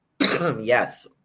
Yes